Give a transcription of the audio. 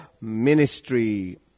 ministry